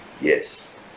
yes